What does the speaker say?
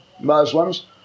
Muslims